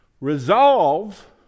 Resolve